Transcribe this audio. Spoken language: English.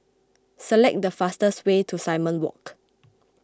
select the fastest way to Simon Walk